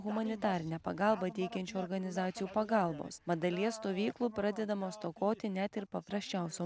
humanitarinę pagalbą teikiančių organizacijų pagalbos mat dalies stovyklų pradedama stokoti net ir paprasčiausio